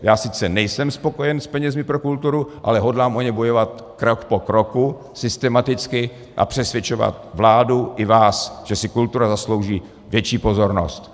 Já sice nejsem spokojen s penězi pro kulturu, ale hodlám o ně bojovat krok po kroku systematicky a přesvědčovat vládu i vás, že si kultura zaslouží větší pozornost.